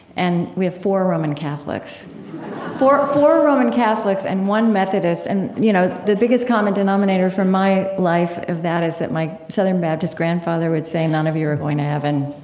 and we have four roman catholics four four roman catholics and one methodist, and you know the biggest common denominator from my life of that is that my southern-baptist grandfather would say none of you are going to heaven